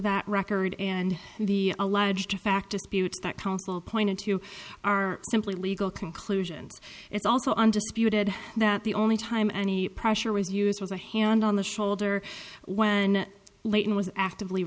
that record and the alleged fact disputes that counsel pointed to are simply legal conclusions it's also undisputed that the only time any pressure was used was a hand on the shoulder when layton was actively